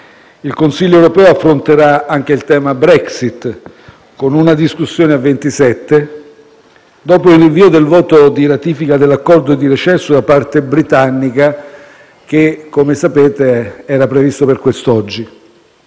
Il Consiglio europeo affronterà anche il tema della Brexit, con una discussione a 27, dopo il rinvio del voto di ratifica dell'accordo di recesso da parte britannica, che, come sapete, era previsto per quest'oggi.